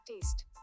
taste